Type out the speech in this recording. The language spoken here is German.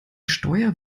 steuer